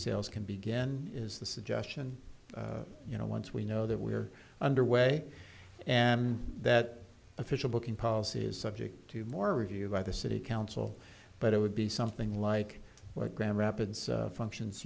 sales can begin is the suggestion you know once we know that we are underway and that official booking policy is subject to more review by the city council but it would be something like like grand rapids functions